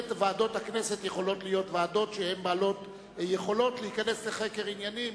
ועדות הכנסת בהחלט יכולות להיות בעלות יכולות להיכנס לחקר עניינים,